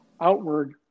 outward